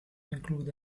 include